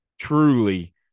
truly